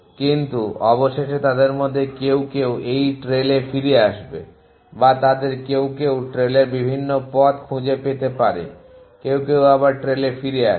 কিন্তু অবশেষে তাদের মধ্যে কেউ কেউ এই ট্রেইলে ফিরে আসবে বা তাদের কেউ কেউ ট্রেইলের বিভিন্ন পথ খুঁজে পেতে পারে কেউ কেউ আবার ট্রেইলে ফিরে আসবে